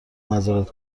مزارت